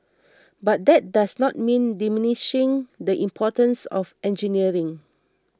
but that does not mean diminishing the importance of engineering